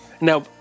now